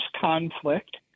conflict